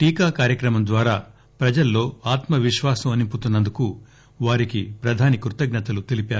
టీకా కార్యక్రమం ద్వారా ప్రజల్లో ఆత్మవిశ్వాసం నింపుతున్నందుకు వారికి ప్రధాని కృతజ్నతలు తెలిపారు